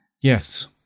yes